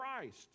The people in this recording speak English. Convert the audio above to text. Christ